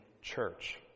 Church